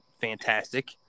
fantastic